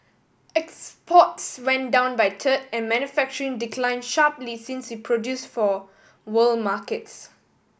exports went down by third and manufacturing declined sharply since we produced for world markets